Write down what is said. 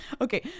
okay